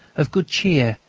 of good cheer,